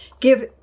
Give